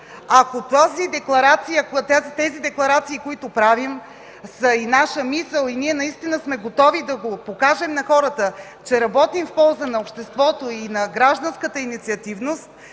Ако тези декларации, които правим, са и наша мисъл и наистина сме готови да покажем на хората, че работим в полза на обществото и гражданската инициативност,